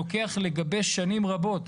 לוקח לגבש שנים רבות.